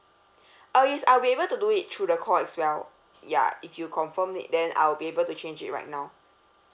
oh yes I will be able to do it through the call as well ya if you confirm it then I will be able to change it right now